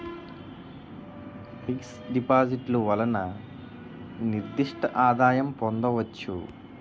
fix డిపాజిట్లు వలన నిర్దిష్ట ఆదాయం పొందవచ్చు